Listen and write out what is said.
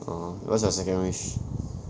orh what's your second wish